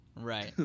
right